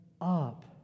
up